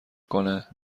کنه